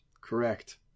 Correct